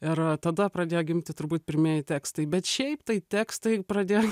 ir tada pradėjo gimti turbūt pirmieji tekstai bet šiaip tai tekstai pradėjo